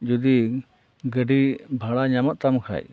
ᱡᱩᱫᱤ ᱜᱟᱹᱰᱤ ᱵᱷᱟᱲᱟ ᱧᱟᱢᱚᱜ ᱛᱟᱢ ᱠᱷᱟᱱ